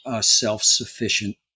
self-sufficient